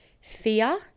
fear